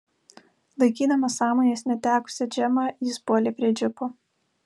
laikydamas sąmonės netekusią džemą jis puolė prie džipo